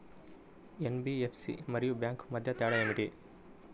NBFC మరియు bank మధ్య తేడా ఏమిటి?